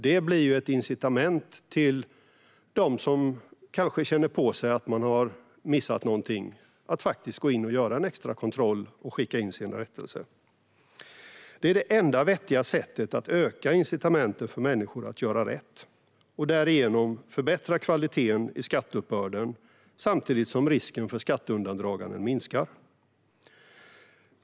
Det blir ett incitament för dem som kanske känner på sig att de har missat någonting att faktiskt gå in och göra en extra kontroll och skicka in sina rättelser. Det är det enda vettiga sättet att öka incitamenten för människor att göra rätt och därigenom förbättra kvaliteten i skatteuppbörden samtidigt som risken för skatteundandraganden minskar.